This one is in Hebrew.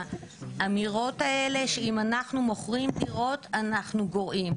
האמירות האלה שאם אנחנו מוכרים דירות אנחנו גורעים.